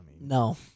No